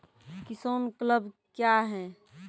किसान क्लब क्या हैं?